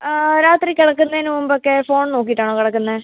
ആ രാത്രി കിടക്കുന്നതിന് മുമ്പൊക്കെ ഫോൺ നോക്കിയിട്ടാണോ കിടക്കുന്നത്